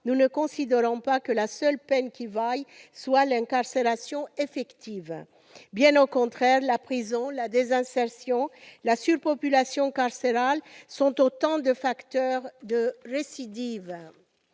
nous ne considérons pas que la seule peine qui vaille soit l'incarcération effective. Bien au contraire, l'emprisonnement, la désinsertion, la surpopulation carcérale sont autant de facteurs de récidive.